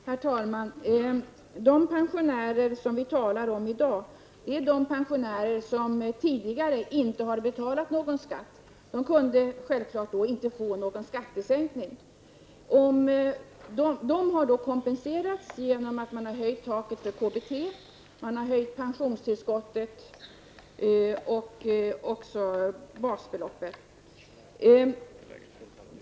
Herr talman! De pensionärer som vi talar om i dag är de pensionärer som tidigare inte har betalat någon skatt. De kunde självfallet inte få någon skattesänkning. De har kompenserats genom att man har höjt taket för KBT, man har höjt pensionstillskottet och basbeloppet.